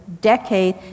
Decade